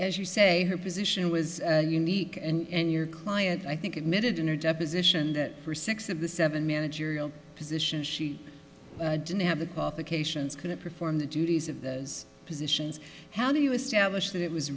as you say her position was unique and your client i think admitted in a deposition that for six of the seven managerial positions she didn't have the qualifications couldn't perform the duties of those positions how do you establish that it was